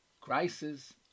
crisis